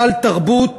סל תרבות